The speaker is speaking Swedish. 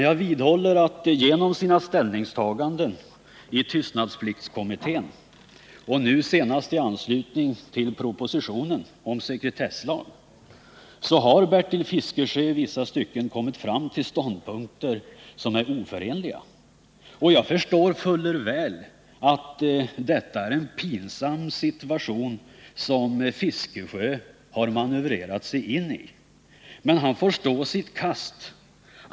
Jag vidhåller att genom sina ställningstaganden i tystnadspliktskommittén och nu senast i anslutning till propositionen om sekretesslag har Bertil Fiskesjö i vissa stycken kommit fram till ståndpunkter som är oförenliga. Jag förstår fuller väl att detta är en pinsam situation som herr Fiskesjö har manövrerat sig in i. Men han får stå sitt kast.